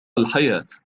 الحياة